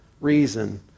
reason